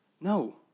no